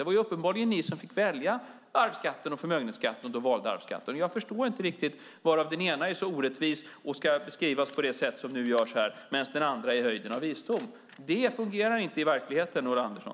Det var uppenbarligen ni som fick välja mellan arvsskatten och förmögenhetsskatten och då valde arvsskatten. Jag förstår inte riktigt varför den ena är så orättvis och ska beskrivas på det sätt som nu görs här medan den andra är höjden av visdom. Det fungerar inte i verkligheten, Ulla Andersson.